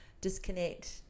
disconnect